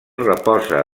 reposa